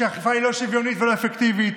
כשהאכיפה היא לא שוויונית ולא אפקטיבית.